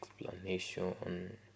explanation